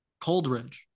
Coldridge